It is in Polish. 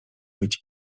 być